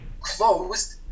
closed